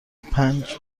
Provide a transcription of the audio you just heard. پنج